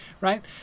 Right